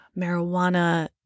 marijuana